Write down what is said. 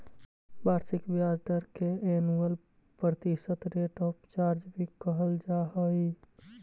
वार्षिक ब्याज दर के एनुअल प्रतिशत रेट ऑफ चार्ज भी कहल जा हई